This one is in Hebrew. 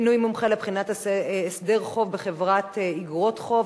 (מינוי מומחה לבחינת הסדר חוב בחברות איגרות חוב),